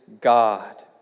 God